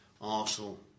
Arsenal